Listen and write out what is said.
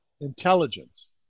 intelligence